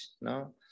no